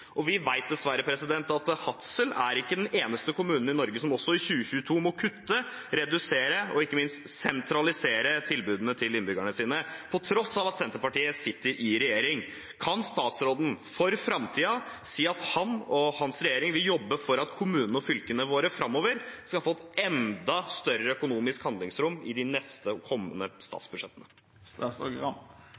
Og vi vet dessverre at Hadsel ikke er den eneste kommunen i Norge som også i 2022 må kutte, redusere og ikke minst sentralisere tilbudene til innbyggerne sine, på tross av at Senterpartiet sitter i regjering. Kan statsråden, for framtiden, si at han og hans regjering vil jobbe for at kommunene og fylkene våre framover skal få enda større økonomisk handlingsrom i de kommende